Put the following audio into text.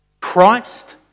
Christ